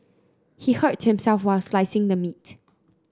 he hurt himself while slicing the meat